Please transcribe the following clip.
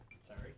sorry